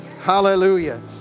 Hallelujah